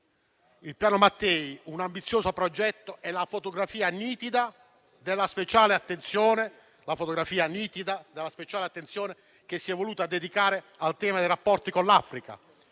Rosa - è un ambizioso progetto, è la fotografia nitida della speciale attenzione che si è voluta dedicare al tema dei rapporti con l'Africa,